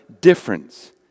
difference